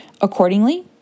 accordingly